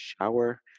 shower